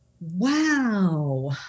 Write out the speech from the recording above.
Wow